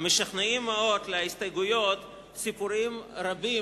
המשכנעים מאוד להסתייגויות סיפורים רבים